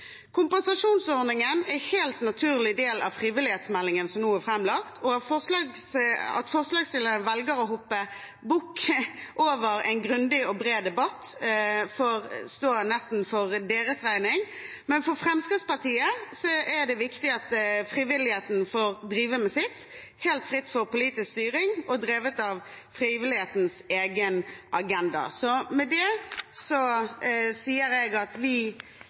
Kompensasjonsordningen er en helt naturlig del av frivillighetsmeldingen som nå er framlagt, og at forslagsstillerne velger å hoppe bukk over en grundig og bred debatt, får nesten stå for deres regning. Men for Fremskrittspartiet er det viktig at frivilligheten får drive med sitt helt fri for politisk styring, drevet av frivillighetens egen agenda. Så med det sier jeg at vi